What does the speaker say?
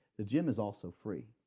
the gym is also free.